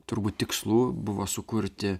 turbūt tikslų buvo sukurti